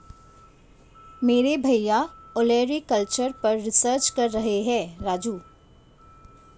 मेरे भैया ओलेरीकल्चर पर रिसर्च कर रहे हैं राजू